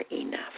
enough